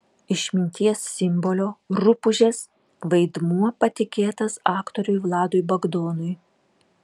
išminties simbolio rupūžės vaidmuo patikėtas aktoriui vladui bagdonui